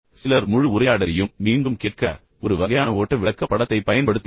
சிலர் முழு உரையாடலையும் மீண்டும் கேட்க ஒரு வகையான ஓட்ட விளக்கப்படத்தைப் பயன்படுத்துகிறார்கள்